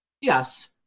Yes